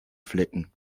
flecken